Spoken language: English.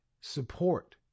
support